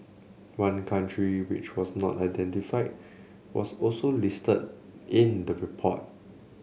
one country which was not identified was also listed in the report